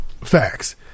Facts